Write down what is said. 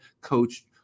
coach